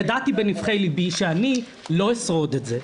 ידעתי בנבכי ליבי שאני לא אשרוד את זה.